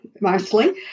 mostly